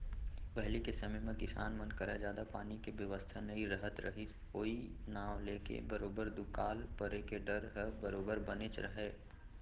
पहिली के समे म किसान मन करा जादा पानी के बेवस्था नइ रहत रहिस ओई नांव लेके बरोबर दुकाल परे के डर ह बरोबर बनेच रहय